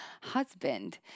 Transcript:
husband